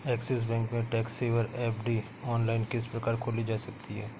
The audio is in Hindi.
ऐक्सिस बैंक में टैक्स सेवर एफ.डी ऑनलाइन किस प्रकार खोली जा सकती है?